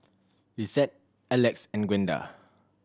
Lissette Elex and Gwenda